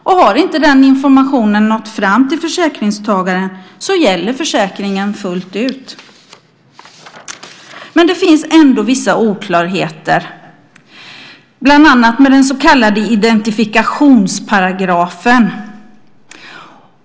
Om inte den informationen har nått fram till försäkringstagaren gäller försäkringen fullt ut. Det finns ändå vissa oklarheter, bland annat med den så kallade identifikationsparagrafen.